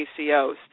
ACOs